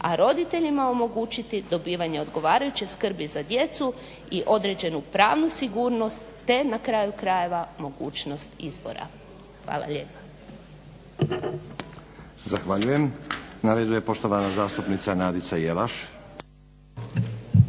a roditeljima omogućiti dobivanje odgovarajuće skrbi za djecu i određenu pravnu sigurnost, te na kraju krajeva mogućnost izbora. Hvala lijepa. **Stazić, Nenad (SDP)** Zahvaljujem. Na redu je poštovana zastupnica Nadica Jelaš.